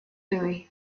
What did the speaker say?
louis